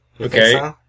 Okay